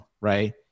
right